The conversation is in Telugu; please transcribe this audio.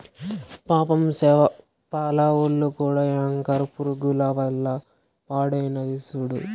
పాపం సేపల ఒల్లు కూడా యాంకర్ పురుగుల వల్ల పాడైనాది సూడు